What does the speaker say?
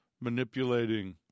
manipulating